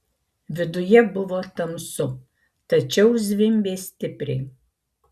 viduje buvo tamsu tačiau zvimbė stipriai